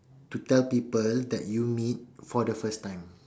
to tell people that you meet for the first time